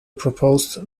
proposed